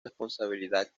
responsabilidad